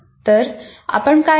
तर आपण काय करता